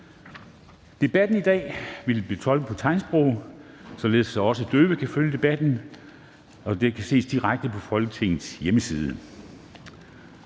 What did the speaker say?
Debatten i dag vil blive tolket på tegnsprog, således at også døve kan følge debatten, som kan ses direkte på Folketingets hjemmeside.